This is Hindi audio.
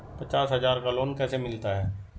पचास हज़ार का लोन कैसे मिलता है?